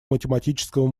математического